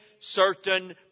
certain